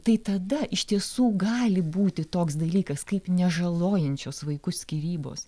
tai tada iš tiesų gali būti toks dalykas kaip nežalojančios vaikus skyrybos